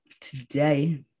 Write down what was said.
today